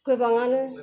गोबाङानो